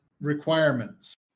requirements